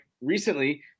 recently